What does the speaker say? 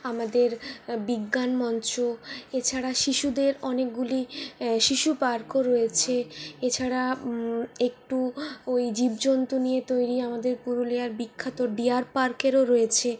আমাদের বিজ্ঞান মঞ্চ এছাড়া শিশুদের অনেকগুলি শিশু পার্কও রয়েছে এছাড়া একটু ওই জীবজন্তু নিয়ে তৈরি আমাদের পুরুলিয়ার বিখ্যাত ডিয়ার পার্কও রয়েছে